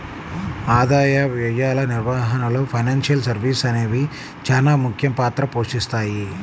ఆదాయ వ్యయాల నిర్వహణలో ఫైనాన్షియల్ సర్వీసెస్ అనేవి చానా ముఖ్య పాత్ర పోషిత్తాయి